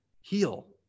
heal